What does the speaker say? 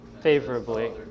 favorably